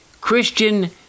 Christian